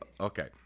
Okay